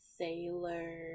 Sailor